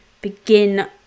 begin